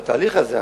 התהליך הזה,